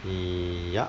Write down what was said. yup